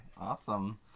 awesome